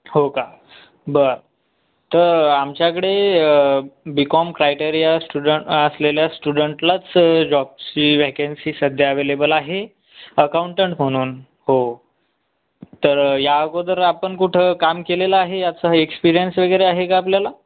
हो का बरं तर आमच्याकडे बी कॉम क्रायटेरिया स्टुडन्ट असलेल्या स्टुडन्टलाच जॉबची व्हॅकन्सी सध्या अव्हेलेबल आहे अकाऊंटंट म्हणून हो तर या अगोदर आपण कुठं काम केलेलं आहे असा एक्सपेरियन्स वगैरे आहे का आपल्याला